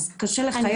אז קשה לחייב.